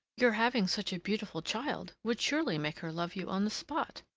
your having such a beautiful child would surely make her love you on the spot!